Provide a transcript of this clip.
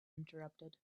interrupted